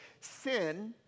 sin